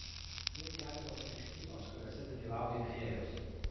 tuoj keliamos krikštynos kuriose dalyvauja ir fėjos